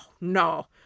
no